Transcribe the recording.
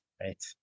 Right